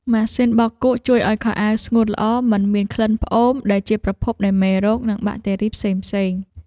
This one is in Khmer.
ម៉ាស៊ីនបោកគក់ជួយឱ្យខោអាវស្ងួតល្អមិនមានក្លិនផ្អូមដែលជាប្រភពនៃមេរោគ និងបាក់តេរីផ្សេងៗ។